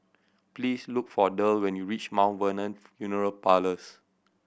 please look for Derl when you reach Mount Vernon Funeral Parlours